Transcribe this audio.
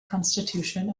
constitution